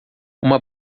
uma